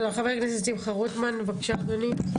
חבר הכנסת שמחה רוטמן, בבקשה אדוני.